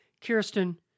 Kirsten